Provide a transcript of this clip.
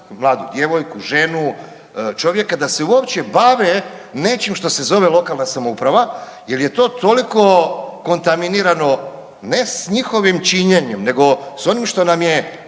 mladu djevojku, ženu, čovjeka da se uopće bave nečim što se zove lokalna samouprava jel je to toliko kontaminirano ne s njihovim činjenjem nego s onim što nam je